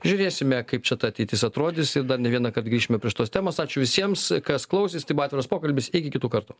žiūrėsime kaip čia ta ateitis atrodys ir dar ne vieną kart grįšime prie šitos temos ačiū visiems kas klausės tai buvo atviras pokalbis iki kitų kartų